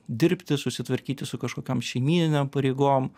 dirbti susitvarkyti su kažkokiom šeimyninėm pareigom